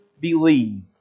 believe